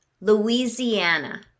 Louisiana